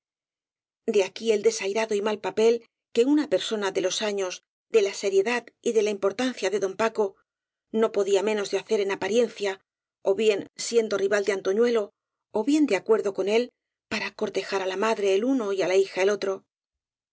de aquí el desairado y mal papel que una per sona de los años de la seriedad y de la importan cia de don paco no podía menos de hacer en apa riencia ó bien siendo rival de antoñuelo ó bien de acuerdo con él para cortejar á la madre el uno y á la hija el otro